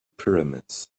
pyramids